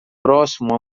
próximo